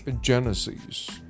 genesis